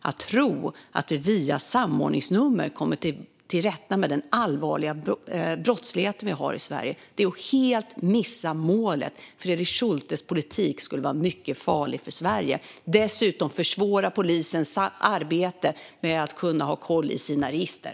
Att tro att vi via samordningsnummer kommer till rätta med den allvarliga brottslighet vi har i Sverige är dock att helt missa målet. Fredrik Schultes politik skulle vara mycket farlig för Sverige och dessutom försvåra polisens arbete med att ha koll i sina register.